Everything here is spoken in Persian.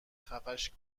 خفش